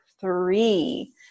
three